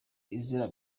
izira